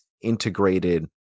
integrated